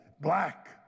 black